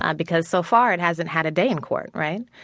ah because so far, it hasn't had a day in court. right?